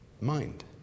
Mind